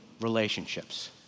relationships